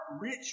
rich